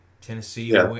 Tennessee